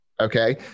Okay